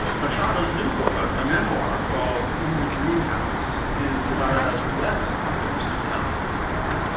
marciano's new book a memoir called in the dream house is about a less optimistic time in her life.